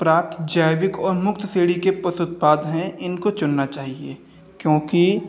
प्राप्त जैविक और मुक्त श्रेणी के पशु उत्पाद हैं इनको चुनना चाहिए क्योंकि